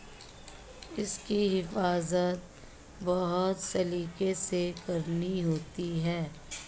इसकी हिफाज़त बहुत सलीके से करनी होती है